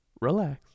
relax